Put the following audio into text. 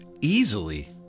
easily